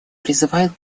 призывает